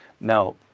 Now